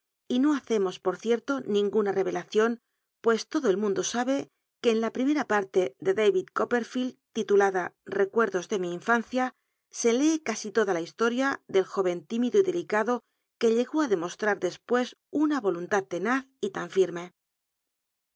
y no hacemos por cierto llinguna rerelacion pues todo el mundo sabe que en la primera parte de davicl coppe field ecuerdos de mi infancia se lec casi toda la historia del jóreti ti mido y delititulada h cado que llegó á demostrar despucs una roluntad tan tenaz y tan firme